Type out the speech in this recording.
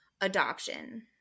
adoption